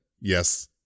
yes